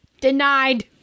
denied